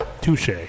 Touche